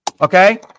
okay